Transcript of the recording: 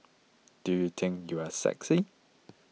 do you think you are sexy